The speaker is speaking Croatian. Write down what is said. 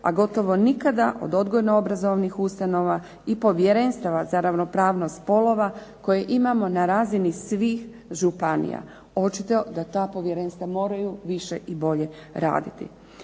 a gotovo nikada od odgojno-obrazovnih sustava i povjerenstava za ravnopravnost spolova koje imamo na razini svih županija. Očito da ta povjerenstva moraju više i bolje raditi.